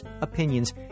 opinions